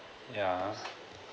yeah